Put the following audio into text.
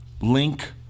link